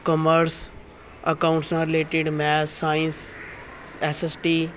commerce accounts ਨਾਲ related math science S S T